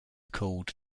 cooled